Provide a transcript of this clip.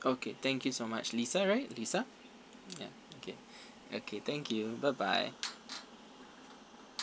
okay thank you so much lisa right lisa ya okay okay thank you bye bye